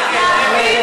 לא, ועדה.